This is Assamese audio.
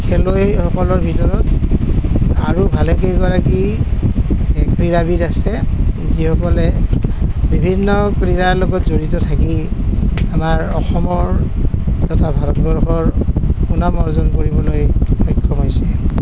খেলুৱৈসকলৰ ভিতৰত আৰু ভালে কেইগৰাকী এই ক্ৰীড়াবিদ আছে যিসকলে বিভিন্ন ক্ৰীড়াৰ লগত জড়িত থাকি আমাৰ অসমৰ তথা ভাৰতবৰ্ষৰ সুনাম অৰ্জন কৰিবলৈ সক্ষম হৈছে